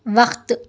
وقت